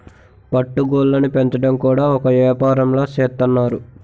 పట్టు గూళ్ళుని పెంచడం కూడా ఒక ఏపారంలా సేత్తన్నారు